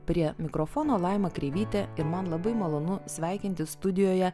prie mikrofono laima kreivytė ir man labai malonu sveikintis studijoje